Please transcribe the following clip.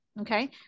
okay